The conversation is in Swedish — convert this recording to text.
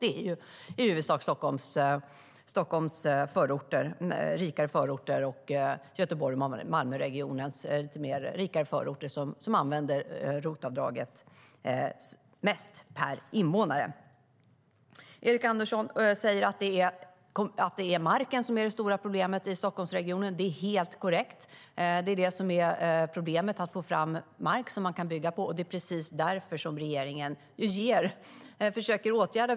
Det är i huvudsak i Stockholms rikare förorter liksom Göteborgs och Malmöregionernas rikare förorter som man använder ROT-avdraget mest per invånare. Erik Andersson säger att det är marken som är det stora problemet i Stockholmsregionen. Det är helt korrekt. Det är det som är problemet, att få fram mark som man kan bygga på. Det är precis det problemet som regeringen nu försöker åtgärda.